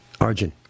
Arjun